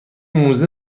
موزه